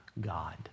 God